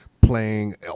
playing